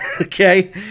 Okay